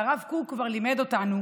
והרב קוק כבר לימד אותנו